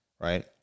right